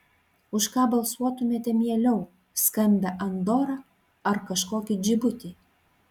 už ką balsuotumėte mieliau skambią andorą ar kažkokį džibutį